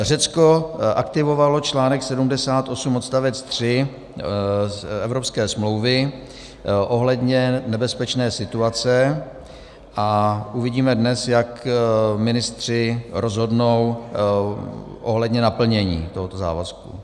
Řecko aktivovalo článek 78 odstavec 3 evropské smlouvy ohledně nebezpečné situace a uvidíme dnes, jak ministři rozhodnou ohledně naplnění tohoto závazku.